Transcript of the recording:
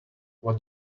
what